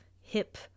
hip